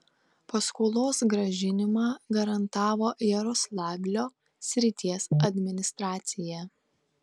paskolos grąžinimą garantavo jaroslavlio srities administracija